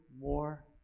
more